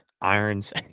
irons